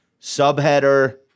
Subheader